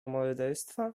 morderstwa